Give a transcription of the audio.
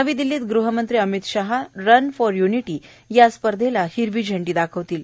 नवी दिल्लीत गृहमंत्री Amit Shah run for unity या स्पर्धेला हिरवी झेंडी दाखवतील